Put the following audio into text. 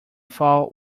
fall